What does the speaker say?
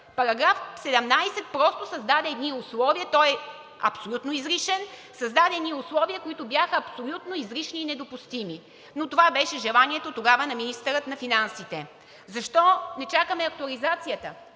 Параграф 17 просто създаде едни условия и той е абсолютно излишен, създаде едни условия, които бяха абсолютно излишни и недопустими, но тогава това беше желанието на министъра на финансите. Защо не чакаме актуализацията?